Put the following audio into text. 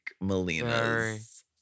Melina's